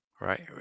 Right